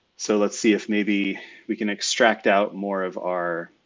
so let's see if maybe we can extract out more of our